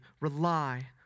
rely